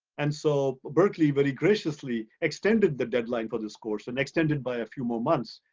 and so, berkeley, very graciously extended the deadline for this course and extended by a few more months,